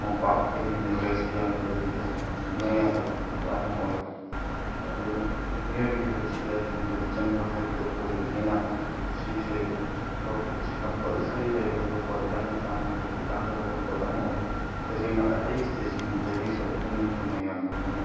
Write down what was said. ꯃꯣꯝꯄꯥꯛ ꯍꯥꯏꯗꯤ ꯃꯥꯇ꯭ꯔꯦꯁꯁꯦ ꯌꯥꯎꯗ꯭ꯔꯒꯗꯤ ꯇꯁꯦꯡꯅ ꯁꯨꯛꯌꯥ ꯌꯥꯗꯕ ꯊꯕꯛ ꯑꯃ ꯑꯣꯏꯕ ꯑꯗꯨꯅ ꯃꯤꯑꯣꯏꯕꯒꯤ ꯄꯨꯟꯁꯤꯗ ꯍꯤꯡꯕꯗ ꯆꯪꯕ ꯍꯥꯏꯕꯗꯨ ꯑꯣꯏꯕꯅꯤꯅ ꯁꯤꯁꯦ ꯄ꯭ꯔꯣꯐꯤꯠꯁꯦ ꯀꯝꯄꯜꯁꯔꯤ ꯂꯩꯒꯗꯕ ꯄꯣꯠ ꯌꯥꯝꯅ ꯆꯥꯎꯅ ꯄ꯭ꯔꯣꯐꯤꯠ ꯂꯥꯛꯀꯗꯕ ꯄꯣꯠ ꯑꯃ ꯑꯣꯏ ꯇꯁꯦꯡꯅ ꯑꯇꯩ ꯏꯁꯇꯦꯠꯁꯤꯡꯗꯒꯤꯁꯨ ꯑꯩꯈꯣꯏꯅ ꯃꯅꯤꯄꯨꯔꯅ ꯌꯥꯝ ꯍꯦꯟꯅ